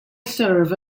serve